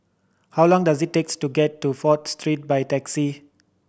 how long does it takes to get to Fourth Street by taxi